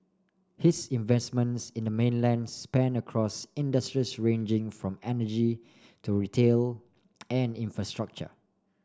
his investments in the mainland span across industries ranging from energy to retail and infrastructure